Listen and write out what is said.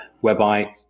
whereby